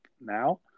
now